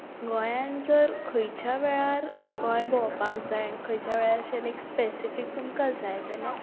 गोंयांत जर खंयच्याय वेळार गोंय भोंवपाक आनी खंयच्या वेळार अशें स्पेसिफीक तुमकां जाय जाल्यार